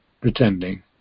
pretending